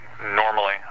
normally